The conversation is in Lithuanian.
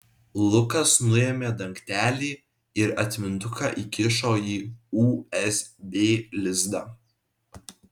lukas nuėmė dangtelį ir atmintuką įkišo į usb lizdą